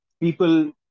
People